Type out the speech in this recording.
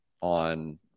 on